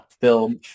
film